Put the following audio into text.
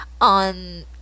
on